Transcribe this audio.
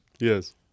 Yes